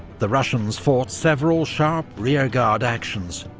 the russians fought several sharp rearguard actions,